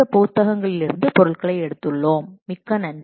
இந்த புத்தகங்களிலிருந்து பொருட்களை எடுத்துள்ளோம் சரி மிக்க நன்றி